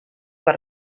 per